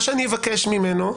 מה שאני אבקש ממנו,